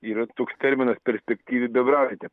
yra toks terminas perspektyvi bebravietė